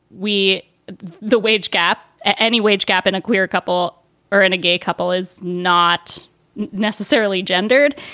we the wage gap at any wage gap in a queer couple or in a gay couple is not necessarily gendered.